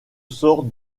sort